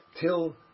till